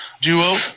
duo